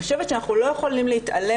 אני חושבת שאנחנו לא יכולים להתעלם